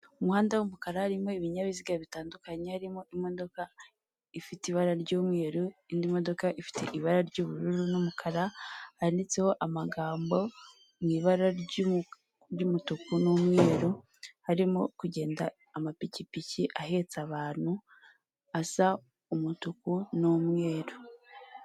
Umuhanda w'umukara harimo ibinyabiziga bitandukanye, harimo imodoka ifite ibara ry'umweru, indi modoka ifite ibara ry'ubururu n'umukara, yanditseho amagambo mu ibara ry'umutuku n'umweru, harimo kugenda amapikipiki ahetse abantu, asa umutuku n'umweru.